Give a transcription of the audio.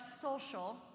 social